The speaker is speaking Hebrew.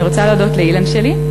אני רוצה להודות לאילן שלי,